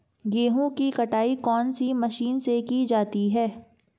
गेहूँ की कटाई कौनसी मशीन से की जाती है?